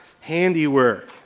handiwork